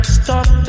stop